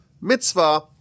mitzvah